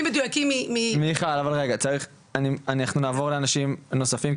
אנחנו נעבור לאנשים נוספים,